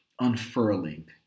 unfurling